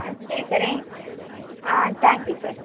ஆ சரி சார் ஆ thank you sir